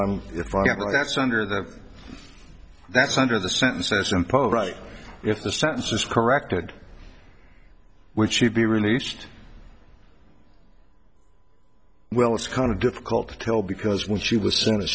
am if that's under that that's under the sentences imposed right if the sentences corrected which should be released well it's kind of difficult to tell because when she was soon as